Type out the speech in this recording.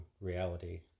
reality